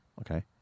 Okay